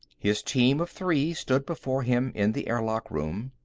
his team of three stood before him in the airlock room.